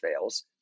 fails